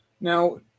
Now